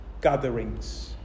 gatherings